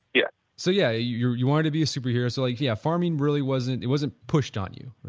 yeah so, yeah, you you wanted to be a superhero, so like, yeah, farming really wasn't, it wasn't pushed on you,